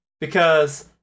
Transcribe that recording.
because-